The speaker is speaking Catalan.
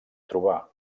trobar